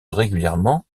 régulièrement